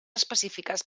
específiques